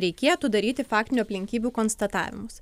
reikėtų daryti faktinių aplinkybių konstatavimus